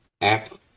app